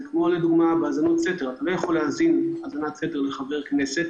זה דומה להאזנות סתר: לפי חוק אתה לא יכול להאזין האזנת סתר לחבר כנסת,